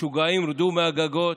משוגעים, רדו מהגגות.